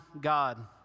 God